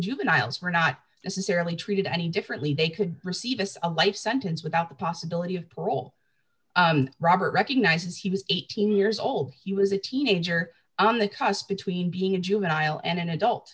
juveniles were not necessarily treated any differently they could receive us of a life sentence without the possibility of parole robert recognizes he was eighteen years old he was a teenager on the cusp between being a juvenile and an adult